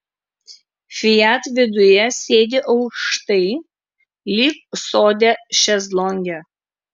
fiat viduje sėdi aukštai lyg sode šezlonge